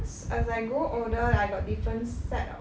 cause as I grow older I got different set of